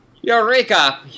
Eureka